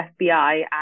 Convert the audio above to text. FBI